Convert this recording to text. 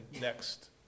next